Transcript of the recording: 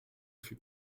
fut